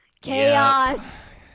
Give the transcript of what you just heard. Chaos